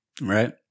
right